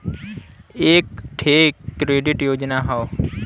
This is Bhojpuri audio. एक ठे क्रेडिट योजना हौ